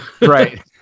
right